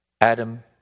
Adam